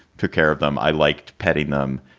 took care of them. i liked petting them.